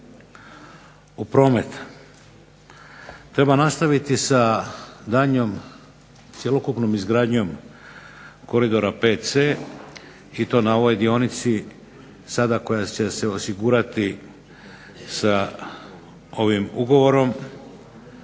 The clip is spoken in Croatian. u promet. Treba nastaviti sa daljnjom cjelokupnom izgradnjom koridora 5C i to na ovoj dionici sada koja će se osigurati sa ovim ugovorom